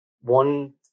One